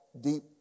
deep